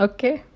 Okay